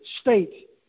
state